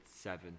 seven